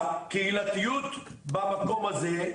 הקהילתיות במקום הזה,